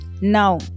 now